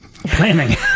planning